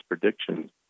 predictions